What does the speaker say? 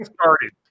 started